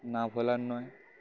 না বলার নয়